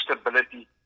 stability